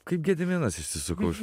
kaip gediminas išsisukau iš